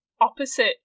opposite